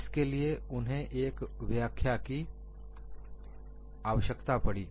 इसके लिए उन्हें एक व्याख्या की आवश्यकता पड़ी